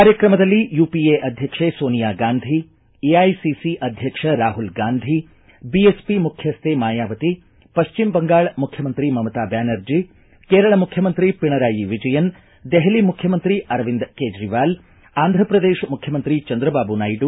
ಕಾರ್ಯತ್ರಮದಲ್ಲಿ ಯುಪಿಎ ಅಧ್ಯಕ್ಷೆ ಸೋನಿಯಾ ಗಾಂಧಿ ಎಐಸಿಸಿ ಅಧ್ಯಕ್ಷ ರಾಹುಲ್ ಗಾಂಧಿ ಬಿಎಸ್ಪಿ ಮುಖ್ಯಸ್ಥೆ ಮಾಯಾವತಿ ಪಶ್ಚಿಮ ಬಂಗಾಳ ಮುಖ್ಯಮಂತ್ರಿ ಮಮತಾ ಬ್ಯಾನರ್ಜಿ ಕೇರಳ ಮುಖ್ಯಮಂತ್ರಿ ಪಿಣರಾಯಿ ವಿಜಯನ್ ದೆಹಲಿ ಮುಖ್ಯಮಂತ್ರಿ ಅರವಿಂದ ಕೇಜ್ರವಾಲ್ ಆಂಧ್ರ ಪ್ರದೇಶ ಮುಖ್ಯಮಂತ್ರಿ ಚಂದ್ರಬಾಬು ನಾಯ್ನು